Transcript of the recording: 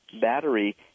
battery